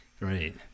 Right